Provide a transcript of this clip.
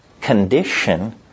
condition